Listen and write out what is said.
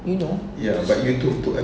you know